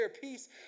peace